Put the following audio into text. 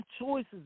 choices